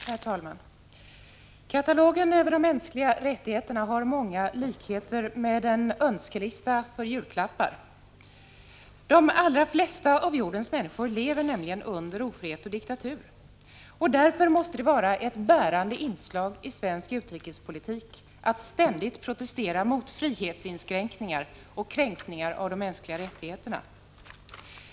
Herr talman! Katalogen över de mänskliga rättigheterna har många likheter med en önskelista över julklappar. De allra flesta av jordens människor lever nämligen under ofrihet och diktatur. Därför måste det vara ett bärande inslag i svensk utrikespolitik att ständigt protestera mot frihetsinskränkningar och kränkningar av de mänskliga rättigheterna.